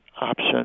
option